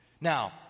Now